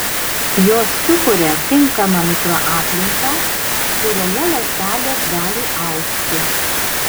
jos sukuria tinkamą mikroaplinką kurioje ląstelės gali augti